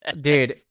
dude